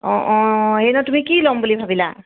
অ' অ' এই ন তুমি কি ল'ম বুলি ভাবিলা